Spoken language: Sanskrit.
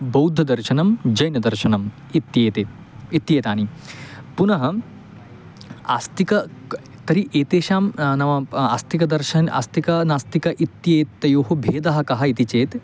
बौद्ददर्शनं जैनदर्शनम् इत्येते इत्येतानि पुनः आस्तिकम् क तर्हि एतेषां नाम आस्तिकदर्शनम् आस्तिकं नास्तिकम् इत्येतयोः भेदः कः इति चेत्